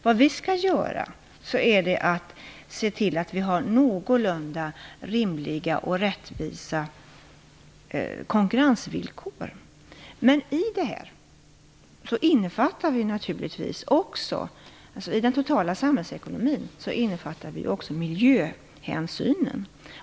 Vad vi skall göra är att se till att vi har någorlunda rimliga och rättvisa konkurrensvillkor. I den totala samhällsekonomin innefattar vi också miljöhänsynen.